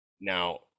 Now